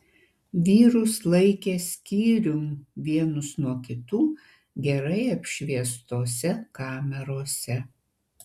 vyrus laikė skyrium vienus nuo kitų gerai apšviestose kamerose